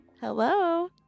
Hello